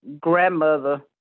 grandmother